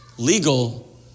Legal